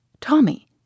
Tommy